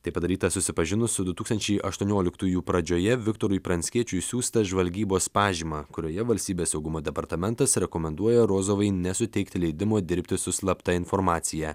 tai padaryta susipažinus su du tūkstančiai aštuonioliktųjų pradžioje viktorui pranckiečiui siųsta žvalgybos pažyma kurioje valstybės saugumo departamentas rekomenduoja rozovai nesuteikti leidimo dirbti su slapta informacija